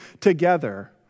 together